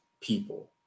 people